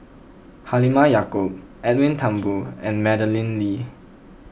Halimah Yacob Edwin Thumboo and Madeleine Lee